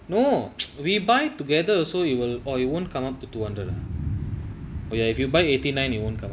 oh we buy together so you will oh you won't come up the two hundred are if you buy eighteen ninety one come up and